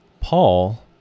Paul